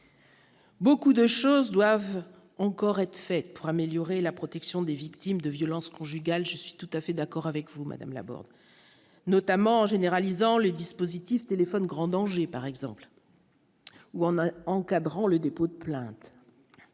Beaucoup de choses doivent encore être faites pour améliorer la protection des victimes de violences conjugales, je suis tout à fait d'accord avec vous Madame Laborde, notamment en généralisant le dispositif Tél grand danger par exemple. Ou en main, encadrant le dépôt de plainte,